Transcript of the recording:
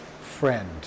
friend